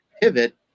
pivot